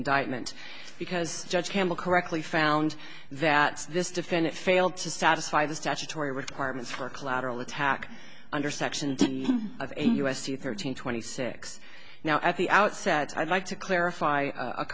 indictment because judge campbell correctly found that this defendant failed to satisfy the statutory requirements for collateral attack under section of a u s c thirteen twenty six now at the outset i'd like to clarify